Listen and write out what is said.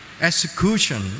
execution